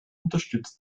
unterstützt